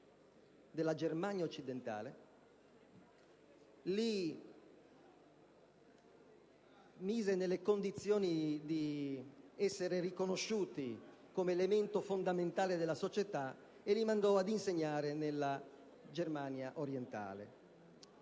della Germania occidentale, li mise in condizione di essere riconosciuti come elemento fondamentale della società e li mandò a insegnare nella Germania orientale.